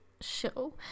show